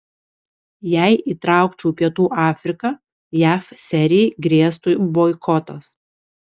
jei įtraukčiau pietų afriką jav serijai grėstų boikotas